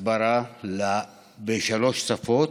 הסברה בשלוש שפות: